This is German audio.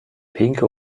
pinke